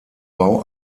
bau